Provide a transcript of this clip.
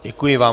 Děkuji vám.